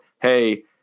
hey –